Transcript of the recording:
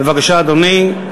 בבקשה, אדוני.